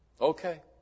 Okay